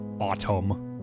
autumn